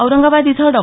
औरंगाबाद इथं डॉ